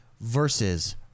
versus